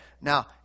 Now